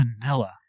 vanilla